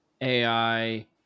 AI